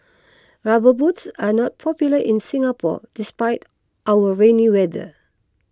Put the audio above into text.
rubber boots are not popular in Singapore despite our rainy weather